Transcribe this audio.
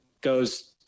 goes